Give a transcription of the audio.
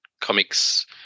comics